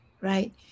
Right